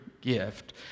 gift